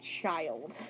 child